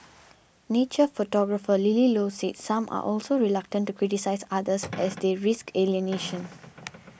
nature photographer Lily Low said some are also reluctant to criticise others as they risk alienation